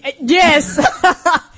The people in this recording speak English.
Yes